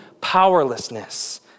powerlessness